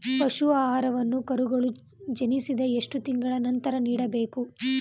ಪಶು ಆಹಾರವನ್ನು ಕರುಗಳು ಜನಿಸಿದ ಎಷ್ಟು ತಿಂಗಳ ನಂತರ ನೀಡಬೇಕು?